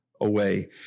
away